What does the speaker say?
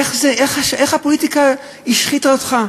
איך הפוליטיקה השחיתה אותך.